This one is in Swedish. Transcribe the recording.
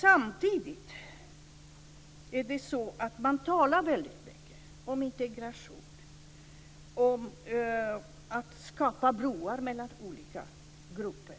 Samtidigt talas det väldigt mycket om integration och om att skapa broar mellan olika grupper